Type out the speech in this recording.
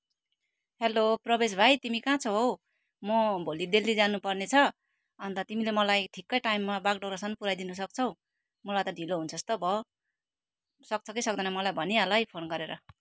hello Pravesh भाइ तिमी कहाँ छौ हौ म भोलि दिल्ली जानुपर्नेछ अन्त तिमीले मलाई ठिकै टाइममा बागडोग्रासम्म पुऱ्याइदिन सक्छौ मलाई त ढिलो हुन्छ जस्तो भयो सक्छौ कि सक्दैनौ मलाई भनिहाल है फोन गरेर